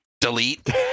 Delete